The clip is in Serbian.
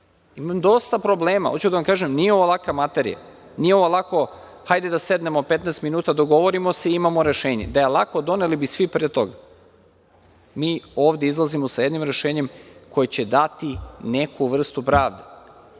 dosta problema, hoću da vam kažem nije ovo laka materija. Nije ovo lako, hajde da sednemo 15 minuta dogovorimo se i imamo rešenje. Da je lako doneli bi svi pre toga. Mi ovde izlazimo sa jednim rešenjem koje će dati neku vrstu pravde